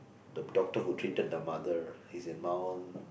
the doctor who treated the mother he's in mount